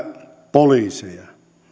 poliiseja